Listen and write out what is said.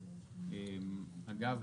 אגב,